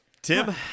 Tim